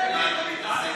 זה ייגמר בזה